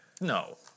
No